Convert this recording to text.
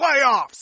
playoffs